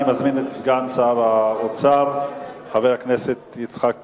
אני מזמין את סגן שר האוצר, חבר הכנסת יצחק כהן,